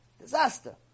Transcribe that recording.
Disaster